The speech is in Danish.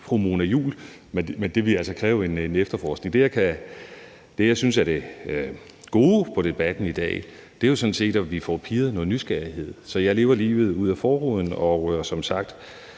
men det vil altså kræve en efterforskning at finde ud af. Det, jeg synes er det gode ved debatten i dag, er jo sådan set, at vi får pirret nysgerrigheden. Så jeg lever livet ud af forruden, og givet,